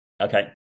Okay